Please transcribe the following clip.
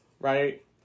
right